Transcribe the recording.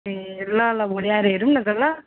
ए ल ल भोलि आएर हेरौँ न त ल